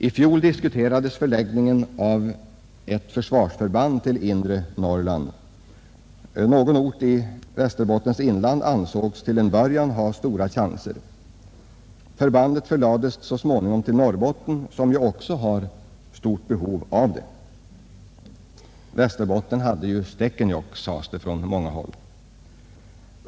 I fjol diskuterades förläggningen av ett försvarsförband till det inre Norrland. Någon ort i Västerbottens inland ansågs till en början ha stora chanser. Förbandet förlades så småningom till Norrbotten, som också har stort behov av det — Västerbotten har ju Stekenjokk, sades det från många håll.